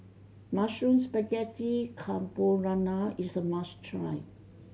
Mushroom Spaghetti Carbonara is a must try